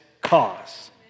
cause